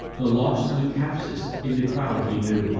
the lost leucaspis in the crowd he knew,